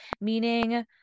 meaning